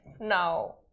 now